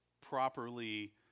properly